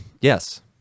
yes